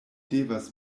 devas